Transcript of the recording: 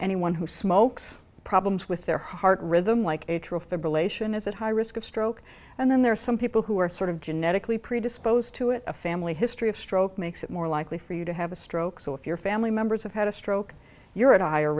anyone who smokes problems with their heart rhythm like that relation is at high risk of stroke and then there are some people who are sort of genetically predisposed to it a family history of stroke makes it more likely for you to have a stroke so if your family members have had a stroke you're at a higher